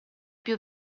più